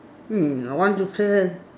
hmm I want to fill in